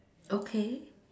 okay